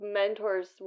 mentors